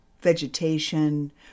vegetation